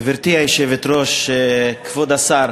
גברתי היושבת-ראש, כבוד השר,